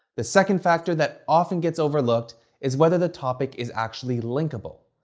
the second factor that often gets overlooked is whether the topic is actually linkable.